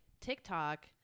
TikTok